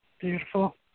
Beautiful